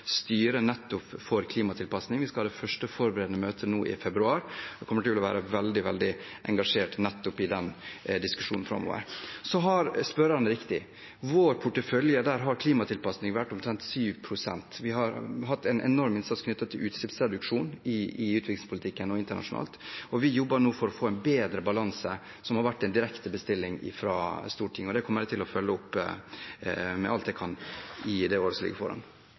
nettopp for klimatilpasning. Vi skal ha det første forberedende møtet nå i februar. Jeg kommer til å være veldig engasjert nettopp i den diskusjonen framover. Så har spørreren rett: I vår portefølje har klimatilpasning vært omtrent 7 pst. Vi har hatt en enorm innsats knyttet til utslippsreduksjon i utviklingspolitikken og internasjonalt, og vi jobber nå for å få en bedre balanse. Det har vært en direkte bestilling fra Stortinget, og det kommer jeg til å følge opp alt jeg kan i det året som ligger foran